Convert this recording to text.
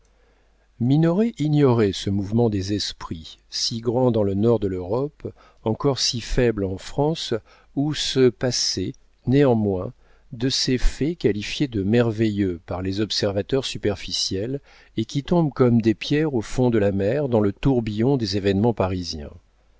minoret ignorait ce mouvement des esprits si grand dans le nord de l'europe encore si faible en france où se passaient néanmoins de ces faits qualifiés de merveilleux par les observateurs superficiels et qui tombent comme des pierres au fond de la mer dans le tourbillon des événements parisiens